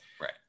Right